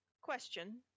Question